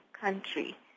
country